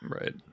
right